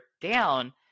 down